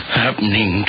happening